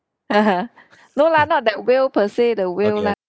no lah not that will per se uh the will like